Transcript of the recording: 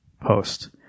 Post